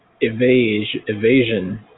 Evasion